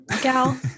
gal